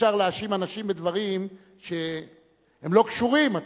אי-אפשר להאשים אנשים בדברים שהם לא קשורים.